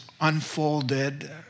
unfolded